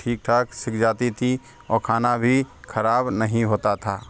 ठीक ठाक सेक जाती थी और खाना भी ख़राब नहीं होता था